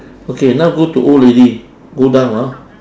okay now go to old lady go down ah